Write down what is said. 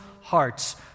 hearts